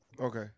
Okay